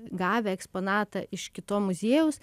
gavę eksponatą iš kito muziejaus